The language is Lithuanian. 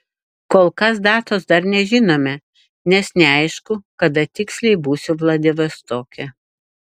kol kas datos dar nežinome nes neaišku kada tiksliai būsiu vladivostoke